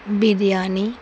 biryani